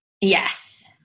yes